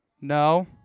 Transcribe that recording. No